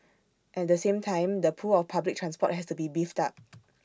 at the same time the pull of public transport has to be beefed up